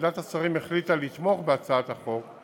ועדת השרים החליטה לתמוך בהצעת החוק,